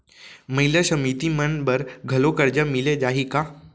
महिला समिति मन बर घलो करजा मिले जाही का?